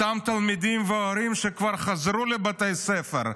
אותם תלמידים והורים שכבר חזרו לבתי ספר,